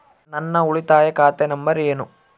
ನನ್ನ ಉಳಿತಾಯ ಖಾತೆ ನಂಬರ್ ಏನು?